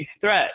threat